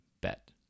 bet